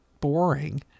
boring